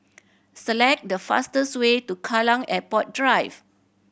select the fastest way to Kallang Airport Drive